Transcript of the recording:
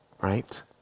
Right